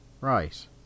right